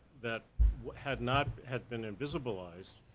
that had not, had been invisiblized,